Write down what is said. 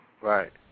Right